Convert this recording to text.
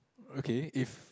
okay if